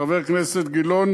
חבר הכנסת גילאון,